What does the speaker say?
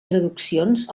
traduccions